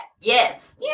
yes